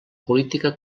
política